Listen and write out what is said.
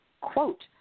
quote